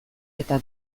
eta